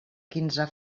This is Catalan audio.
quinze